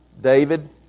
David